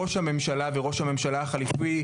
ראה"מ וראה"מ החליפי,